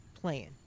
plan